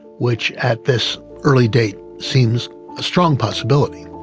which at this early date seems a strong possibility,